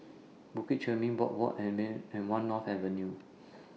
Bukit Chermin Boardwalk and one North Avenue